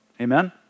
Amen